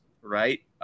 right